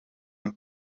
een